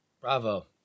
Bravo